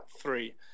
three